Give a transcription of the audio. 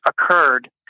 occurred